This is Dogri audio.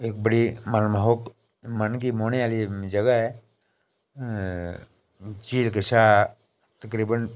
इक बड़ी मनमोहक मन गी मोह्ने आह्ली जगह ऐ झील कशा तकरीबन